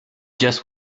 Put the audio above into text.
just